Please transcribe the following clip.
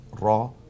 raw